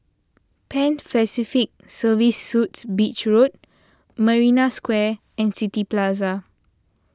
Pan Pacific Serviced Suites Beach Road Marina Square and City Plaza